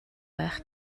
байх